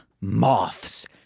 Moths